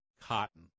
cotton